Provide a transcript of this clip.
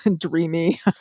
dreamy